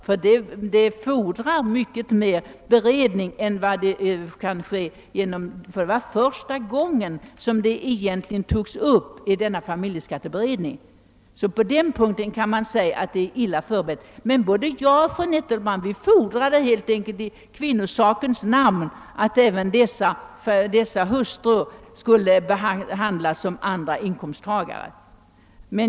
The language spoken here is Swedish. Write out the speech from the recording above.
Denna fråga fordrar mycket mera beredning; då denna sak togs upp i familjeskatteberedningen var det första gången den egentligen togs upp. Men både jag och fru Nettelbrandt fordrade helt enkelt i kvinnosakens namn att de hustrur det här är fråga om skulle behandlas som andra inkomsttagare.